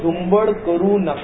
झुंबड करु नका